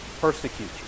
persecute